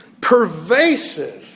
pervasive